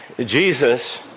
Jesus